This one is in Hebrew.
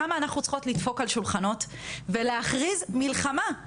כמה אנחנו צריכות לדפוק על שולחנות ולהכריז מלחמה,